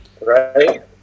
Right